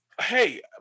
Hey